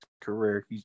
career